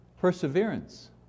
perseverance